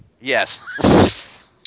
Yes